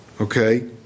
okay